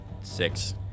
six